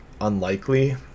unlikely